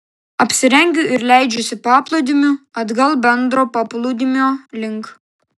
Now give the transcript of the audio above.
apsirengiu ir leidžiuosi paplūdimiu atgal bendro paplūdimio link